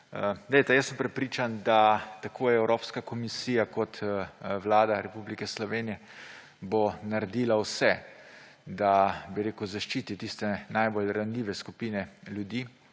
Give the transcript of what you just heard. prepričan sem, da tako Evropska komisija kot Vlada Republike Slovenije bo naredila vse, da zaščiti tiste najbolj ranljive skupine ljudi,